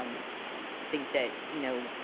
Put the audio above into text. um think that you know,